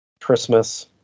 Christmas